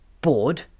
bored